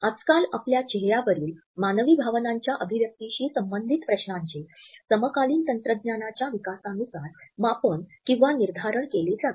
आजकाल आपल्या चेहऱ्यावरील मानवी भावनांच्या अभिव्यक्तिशी संबंधित प्रश्नांचे समकालीन तंत्रज्ञानाच्या विकासानुसार मापन किंवा निर्धारण केले जातात